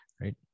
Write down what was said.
Right